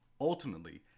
Ultimately